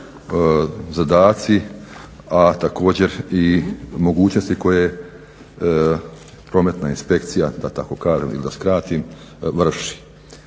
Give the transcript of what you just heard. zadaci, a također i mogućnosti koje prometna inspekcija da tako kažem ili da skratim, vrši.